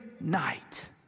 night